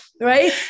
right